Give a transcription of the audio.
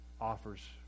offers